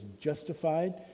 justified